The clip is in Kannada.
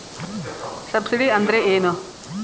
ಸಬ್ಸಿಡಿ ಅಂದ್ರೆ ಏನು?